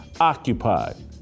occupied